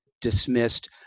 dismissed